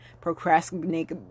procrastinate